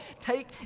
take